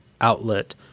outlet